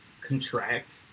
Contract